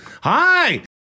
Hi